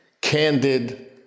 candid